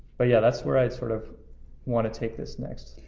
but yeah, that's where i sort of wanna take this next.